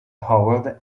howard